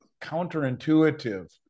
counterintuitive